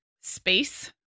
space